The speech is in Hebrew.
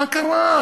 מה קרה,